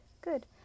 Good